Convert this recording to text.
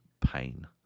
pain